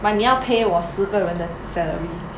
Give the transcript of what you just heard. but 你要 pay 我十个人的 salary